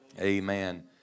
Amen